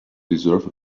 deserve